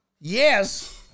Yes